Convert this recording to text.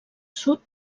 sud